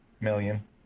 million